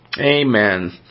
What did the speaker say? Amen